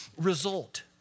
result